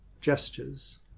Gestures